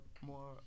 more